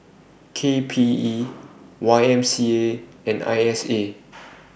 K P E Y M C A and I S A